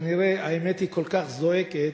כנראה האמת כל כך זועקת,